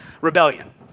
rebellion